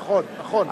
נכון, נכון.